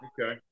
Okay